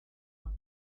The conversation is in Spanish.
más